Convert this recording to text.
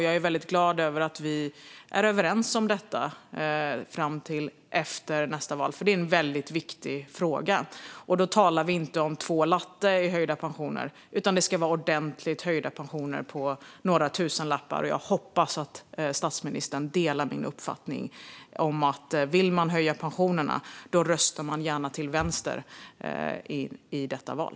Jag är väldigt glad över att vi är överens om detta fram till efter nästa val, för det är en väldigt viktig fråga. Då talar vi inte om två lattar i höjda pensioner, utan pensionerna ska höjas ordentligt, med några tusenlappar. Jag hoppas att statsministern delar min uppfattning. Vill man höja pensionerna röstar man gärna till vänster i detta val.